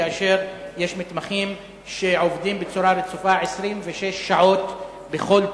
כאשר יש מתמחים שעובדים בצורה רצופה 26 שעות בכל תורנות,